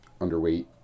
underweight